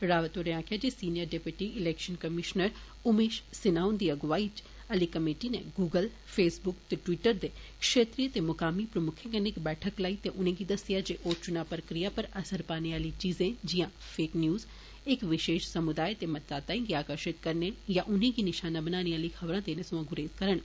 रावत होरें आक्खेआ जे senior deputy election commissioner Umesh Sinha हुन्दी अगुवाई आली कमेटी नै गुगल फेसबुक ते ट्वीटर दे क्षेत्रीय ते मुकामी प्रमुक्खें कन्नै इक बैठक लाई ते उनेंगी दस्सेआ जे ओ चुना प्रक्रिया पर असर पाने आली चीजें गी जियां फेक न्यूज इक विशेष समुदाय दे मतदाताएं गी आकर्षित करने यां उनें गी नशाना बनाना आलियें खबरां देना थमां गुरेज करन